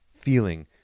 feeling